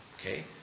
Okay